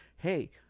Hey